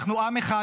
אנחנו עם אחד,